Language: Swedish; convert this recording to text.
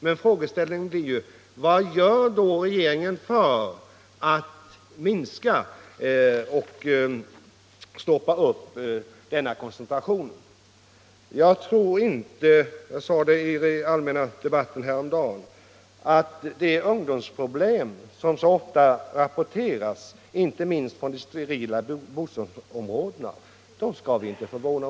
Men då blir ju frågan: Vad gör då regeringen för att minska och stoppa upp denna koncentration? Vi skall inte — jag sade det i den allmänpolitiska debatten häromdagen —- förvåna oss över de ungdomsproblem som så ofta rapporteras, inte minst från de sterila bostadsområdena i tätorterna.